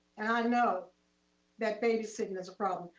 know that babysitting is a problem.